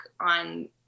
on